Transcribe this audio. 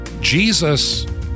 Jesus